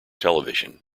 television